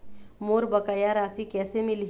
मोर बकाया राशि कैसे मिलही?